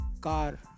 car